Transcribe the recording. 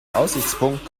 aussichtspunkt